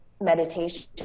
meditation